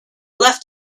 left